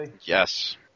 yes